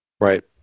Right